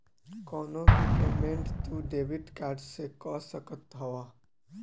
कवनो भी पेमेंट तू डेबिट कार्ड से कअ सकत हवअ